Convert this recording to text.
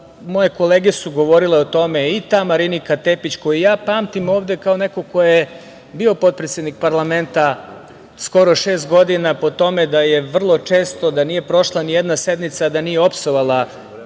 moje kolege su govorile o tome, i ta Marinika Tepić, koju ja pamtim ovde, kao neko ko je bio potpredsednik parlamenta skoro šest godina, po tome da je vrlo često, da nije prošla nijedna sednica, a da nije opsovala